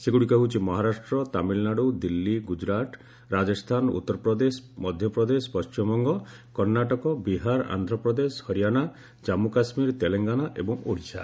ସେଗୁଡ଼ିକ ହେଉଛି ମହାରାଷ୍ଟ୍ର ତାମିଲ୍ନାଡୁ ଦିଲ୍ଲୀ ଗୁଜୁରାଟ୍ ରାଜସ୍ଥାନ ଉତ୍ତରପ୍ରଦେଶ ମଧ୍ୟପ୍ରଦେଶ ପଣ୍ଟିମବଙ୍ଗ କର୍ଷାଟକ ବିହାର ଆନ୍ଧ୍ରପ୍ରଦେଶ ହରିୟାଣା ଜନ୍ମୁ କାଶ୍ମୀର ତେଲଙ୍ଗାନା ଏବଂ ଓଡ଼ିଶା